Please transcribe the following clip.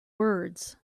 words